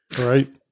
Right